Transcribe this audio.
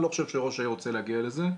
אני לא חושב שראש העיר רוצה להגיע לזה.